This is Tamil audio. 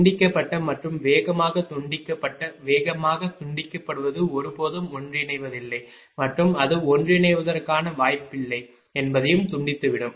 துண்டிக்கப்பட்ட மற்றும் வேகமாக துண்டிக்கப்பட்ட வேகமாக துண்டிக்கப்படுவது ஒருபோதும் ஒன்றிணைவதில்லை மற்றும் அது ஒன்றிணைவதற்கான வாய்ப்பில்லை என்பதையும் துண்டித்துவிடும்